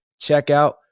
checkout